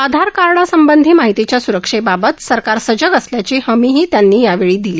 आधार कार्डसंबधीत माहितीच्या स्रक्षेबाबात सरकार सजग असल्याची हमीही त्यांनी यावेळी दिली